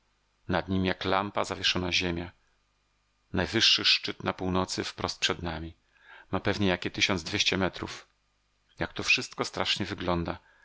nad nim jak lampa zawieszona ziemia najwyższy szczyt na północy wprost przed nami ma pewnie jakie tysiąc dwieście metrów tak to wszystko strasznie wygląda